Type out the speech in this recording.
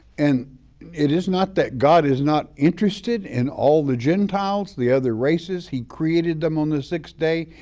and it is not that god is not interested in all the gentiles, the other races, he created them on the sixth day,